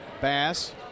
Bass